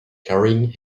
carrying